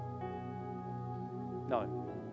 no